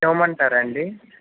ఇవ్వమంటారా అండి